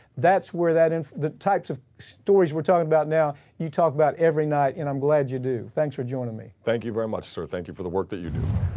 that's where that info, the types of stories we're talking about now. you talk about every night and i'm glad you do. thanks for joining me. thank you very much, sir. thank you for the work that you do.